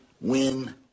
Win